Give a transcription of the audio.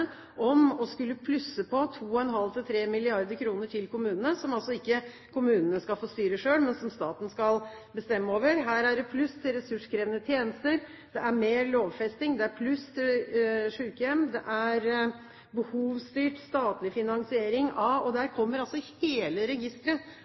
om å skulle plusse på 2,5–3 mrd. kr til kommunene, som altså kommunene ikke skal få styre selv, men som staten skal bestemme over – er det pluss til ressurskrevende tjenester. Det er mer lovfesting. Det er pluss til sykehjem. Det er behovsstyrt statlig finansiering – og her kommer altså hele registeret av kommunale velferdstjenester – helse og